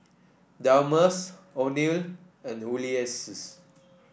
Delmus Oneal and Ulises